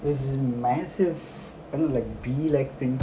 it was this massive kind of like bee like thing